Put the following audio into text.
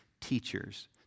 teachers